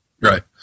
Right